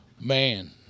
Man